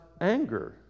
anger